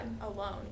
alone